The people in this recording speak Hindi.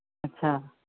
अच्छा